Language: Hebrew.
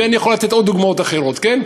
ואני יכול לתת דוגמאות אחרות, כן?